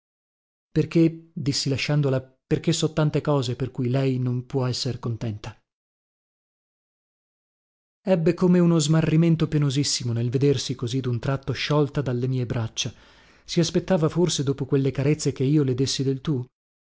perché dissi lasciandola perché so tante cose per cui lei non può esser contenta ebbe come uno smarrimento penosissimo nel vedersi così dun tratto sciolta dalle mie braccia si aspettava forse dopo quelle carezze che io le dessi del tu